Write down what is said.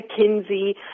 McKinsey